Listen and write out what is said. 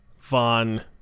Vaughn